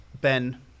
ben